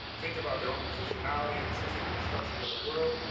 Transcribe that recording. think about their own positionality in systems and structures of the world,